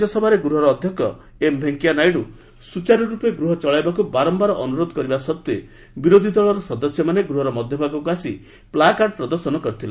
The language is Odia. ରାଜ୍ୟସଭାରେ ଗୃହର ଅଧ୍ୟକ୍ଷ ଏମ ଭେଙ୍କୟାନାଇଡୁ ସୂଚାରରୂପେ ଗୃହ ଚଳାଇବାକୁ ବାରମ୍ଭାର ଅନୁରୋଧ କରିବା ସତ୍ତ୍ୱେ ବିରୋଧୀ ଦଳର ସଦସ୍ୟମାନେ ମଧ୍ୟଭାଗକୁ ଆସି ପ୍ଲାକାର୍ଡ ପ୍ରଦର୍ଶନ କରିଥିଲେ